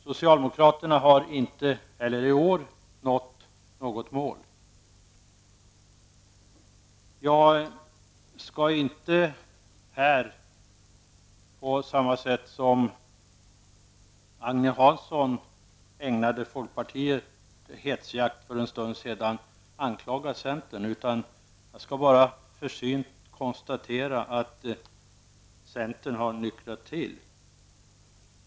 Socialdemokraterna har inte heller i år nått något mål. Agne Hansson ägnade sig för en stund sedan åt hetsjakt mot folkpartiet. Jag skall inte på samma sätt anklaga centern, utan jag skall bara försynt konstatera att centern har nyktrat till.